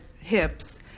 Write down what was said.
hips